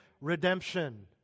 redemption